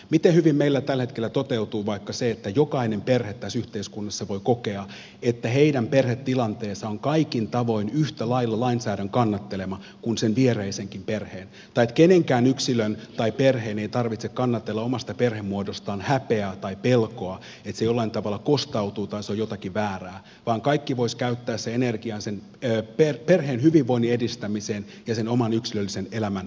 miten hyvin meillä tällä hetkellä toteutuu vaikka se että jokainen perhe tässä yhteiskunnassa voi kokea että heidän perhetilanteensa on kaikin tavoin yhtä lailla lainsäädännön kannattelema kuin sen viereisenkin perheen tai että kenenkään yksilön tai perheen ei tarvitse kantaa omasta perhemuodostaan häpeää tai pelkoa että se jollain tavalla kostautuu tai se on jotenkin väärää vaan kaikki voisivat käyttää sen energian sen perheen hyvinvoinnin edistämiseen ja sen oman yksilöllisen elämän eteenpäinviemiseen